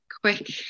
quick